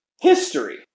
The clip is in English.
history